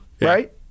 right